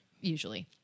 usually